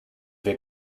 wir